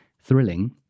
thrilling